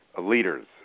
leaders